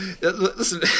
Listen